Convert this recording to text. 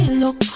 look